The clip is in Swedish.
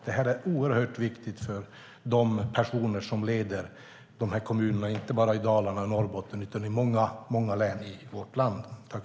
Det här är oerhört viktigt för de personer som leder de här kommunerna, inte bara i Dalarna och Norrbotten utan i många andra län i vårt land.